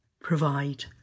provide